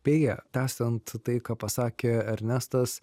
beje tęsiant tai ką pasakė ernestas